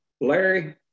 Larry